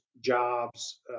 jobs